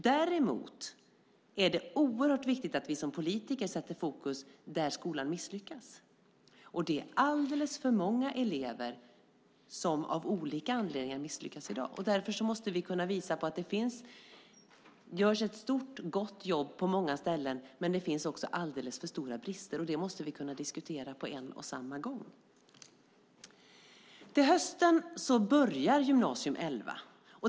Däremot är det viktigt att vi som politiker sätter fokus på det som skolan misslyckas med. Av olika anledningar misslyckas alldeles för många elever i dag. Därför måste vi kunna visa på att det görs ett stort och gott jobb på många ställen. Men det finns också alldeles för stora brister, och det måste vi kunna diskutera på en och samma gång. Till hösten börjar Gy 11 att gälla.